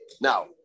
Now